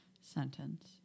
sentence